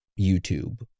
YouTube